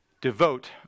devote